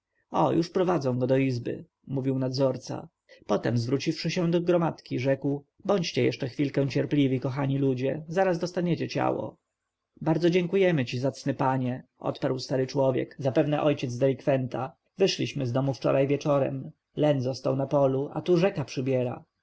o już prowadzą go do izby mówi nadzorca potem zwróciwszy się do gromadki rzekł bądźcie jeszcze chwilkę cierpliwi kochani ludzie zaraz dostaniecie ciało bardzo dziękujemy ci zacny panie odparł stary człowiek zapewne ojciec delikwenta wyszliśmy z domu wczoraj wieczorem len został nam w polu a tu rzeka przybiera